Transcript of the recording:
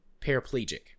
paraplegic